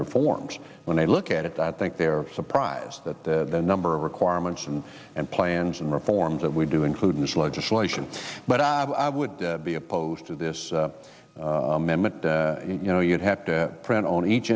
reforms when i look at it i think they're surprised that the number of requirements and and plans and reforms that we do include in this legislation but i would be opposed to this amendment you know you'd have to print on each